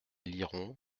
lirons